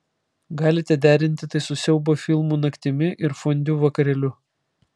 galite derinti tai su siaubo filmų naktimi ir fondiu vakarėliu